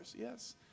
Yes